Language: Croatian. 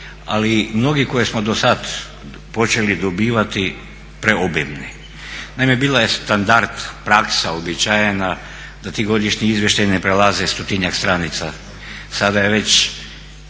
i mnoge koje smo do sad počeli dobivati preobimni. Naime bio je standard, praksa uobičajena da ti godišnji izvještaji ne prelaze 100-tinjak stranica. Sada je već